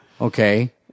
okay